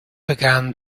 began